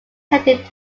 tended